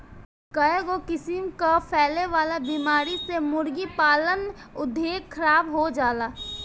कईगो किसिम कअ फैले वाला बीमारी से मुर्गी पालन उद्योग खराब हो जाला